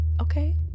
Okay